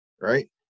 right